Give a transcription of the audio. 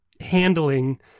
handling